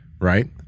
Right